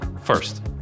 First